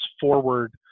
forward